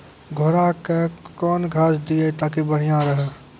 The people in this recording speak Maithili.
घोड़ा का केन घास दिए ताकि बढ़िया रहा?